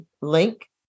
link